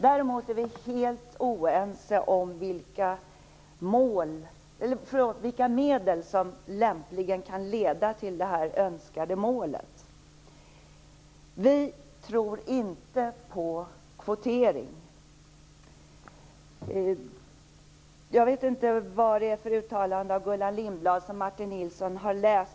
Däremot är vi helt oense om vilka medel som lämpligen kan leda till det önskade målet. Vi tror inte på kvotering. Jag vet inte vad det är för uttalande av Gullan Lindblad som Martin Nilsson har läst.